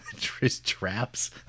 traps